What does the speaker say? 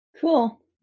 Cool